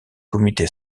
comité